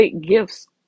gifts